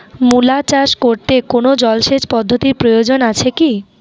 মূলা চাষ করতে কোনো জলসেচ পদ্ধতির প্রয়োজন আছে কী?